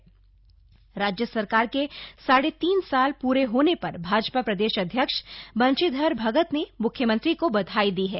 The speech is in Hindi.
राज्य सरकार कार्यकाल राज्य सरकार के साढ़े तीन साल पूरे होने पर भाजपा प्रदेश अध्यक्ष बंशीधर भगत ने म्ख्यमंत्री को बधाई दी है